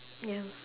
ya